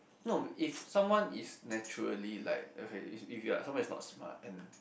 no if someone is naturally like okay if if you are someone is not smart and